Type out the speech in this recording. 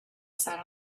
sat